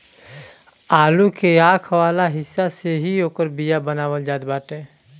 आलू के आंख वाला हिस्सा से ही ओकर बिया बनावल जात बाटे